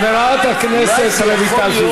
חברת הכנסת רויטל סויד,